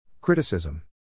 Criticism